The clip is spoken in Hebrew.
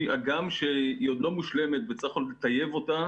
הגם שהיא עוד לא מושלמת וצריך עוד לטייב אותה,